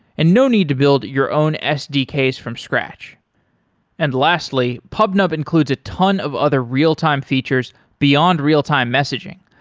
and no need to build your own sdks from scratch and lastly, pubnub includes a ton of other real-time features beyond real-time messaging,